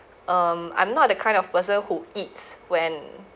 um I'm not that kind of person who eats when